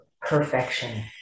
perfection